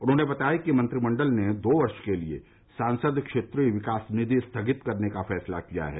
उन्होंने बताया कि मंत्रिमंडल ने दो वर्ष के लिए सांसद क्षेत्रीय विकास निधि स्थगित करने का फैसला किया है